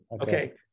Okay